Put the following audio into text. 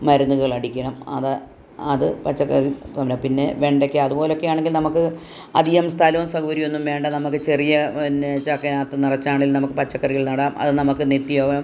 മരുന്നുകളടിക്കണം അത് അത് പച്ചക്കറി പിന്നെ വെണ്ടയ്ക്ക അതുപോലൊക്കെ ആണെങ്കിൽ നമുക്ക് അധികം സ്ഥലവും സൗകര്യമൊന്നും വേണ്ട നമുക്ക് ചെറിയ പിന്നെ ചാക്കിനകത്ത് നിറച്ചാണെങ്കിൽ നമുക്ക് പച്ചക്കറികൾ നടാം അത് നമുക്ക് നിത്യവും